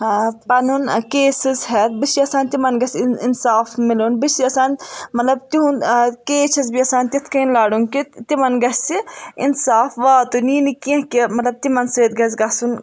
پَنُن کیسِز ہٮ۪تھ بہٕ چھس یژھان تِمن گوٚژھ اِنصاف مِلُن بہٕ چھس یژھان مطلب تِہُند کیس چھس یژھان تِتھ کٔنۍ لَڑُن کہِ تِمَن گَژھِ اِنصاف واتُن یہِ نہٕ کیٚنٛہہ کہِ تِمن سۭتۍ گَژھِ گَژھُن